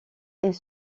est